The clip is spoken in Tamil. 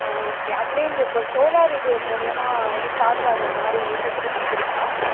ஆ ஓகே அதுலையே இப்போ சோலார் இது மூலியமாக வந்து சார்ஜ் ஆகுறமாதிரி ஃபெசிலிட்டிஸ் இருக்கா